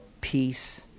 peace